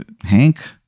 Hank